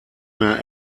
mehr